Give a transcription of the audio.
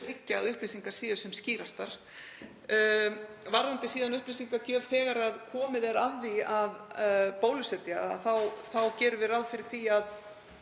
að upplýsingar séu sem skýrastar. Varðandi upplýsingagjöf þegar komið er að því að bólusetja þá gerum við ráð fyrir því að